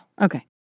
Okay